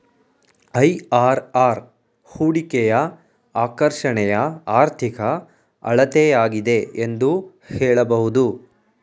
IRR ಹೂಡಿಕೆಯ ಆಕರ್ಷಣೆಯ ಆರ್ಥಿಕ ಅಳತೆಯಾಗಿದೆ ಎಂದು ಹೇಳಬಹುದು